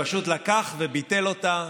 הוא פשוט לקח וביטל אותה,